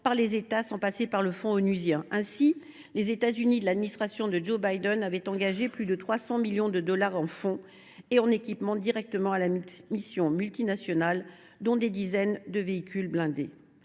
par les États sans passer par le fonds onusien. Ainsi, les États Unis de l’administration de Joe Biden avaient engagé plus de 300 millions de dollars en fonds et en équipements destinés à la mission multinationale, dont des dizaines de véhicules blindés.